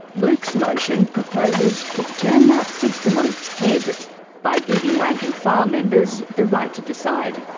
luke's motion proposes to turn that system on its head by giving rank-and-file members the right to decide.